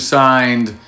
signed